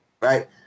Right